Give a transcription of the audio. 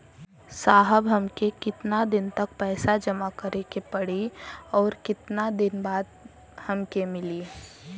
साहब हमके कितना दिन तक पैसा जमा करे के पड़ी और कितना दिन बाद हमके मिली?